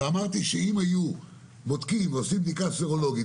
אמרתי שצריך בדיקה סרולוגית